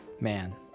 man